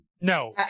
No